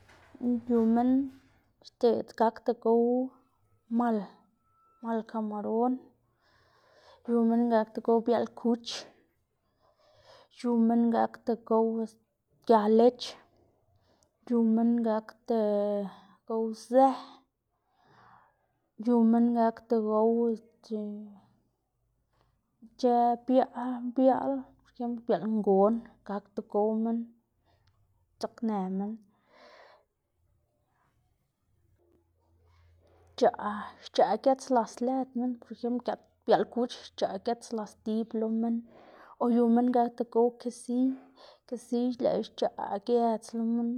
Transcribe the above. yu minn xte'd gakda gow mal, mal kamaron yu minn gakda gow bia'l kuch, yu minn gakda gow este gia lech, yu minn gakda gow zë, yu minn gakda gow este ic̲h̲ë biaꞌl biaꞌl, por ejemplo biaꞌl ngon gakda gow minn dzaknë minn, xc̲h̲aꞌ xc̲h̲aꞌ gëdzlas lëd minn por ejemplo biaꞌl kuch xc̲h̲aꞌ gëdzlas idib lo minn o minn gakda gow kesiy kesiy lëꞌkga xc̲h̲aꞌ gëdz lo minn,